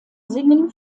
singen